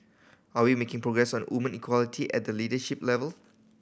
are we making progress on woman equality at the leadership level